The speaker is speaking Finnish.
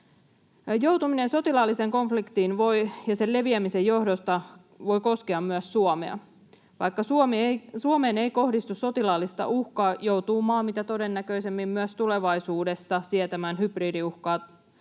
Joutuminen sotilaalliseen konfliktiin sen leviämisen johdosta voi koskea myös Suomea. Vaikka Suomeen ei kohdistu sotilaallista uhkaa, joutuu maa mitä todennäköisemmin myös tulevaisuudessa sietämään hybridiuhkaa,